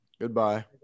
Goodbye